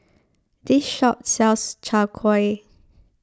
this shop sells Chai Kueh